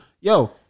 Yo